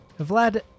Vlad